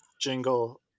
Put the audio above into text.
jingle